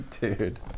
dude